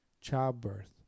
childbirth